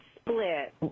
split